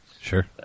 Sure